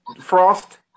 Frost